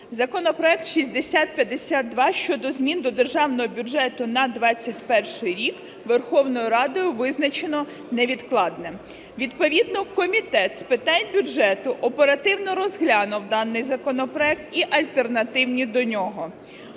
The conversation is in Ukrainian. Законопроект 6052 щодо змін до Державного бюджету на 21-й рік Верховною Радою визначено невідкладним. Відповідно Комітет з питань бюджету оперативно розглянув даний законопроект і альтернативні до нього.